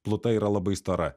pluta yra labai stora